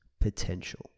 potential